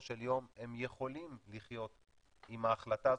של יום הם יכולים לחיות עם ההחלטה הזאת,